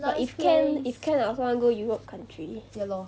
but if can if can I also want go europe country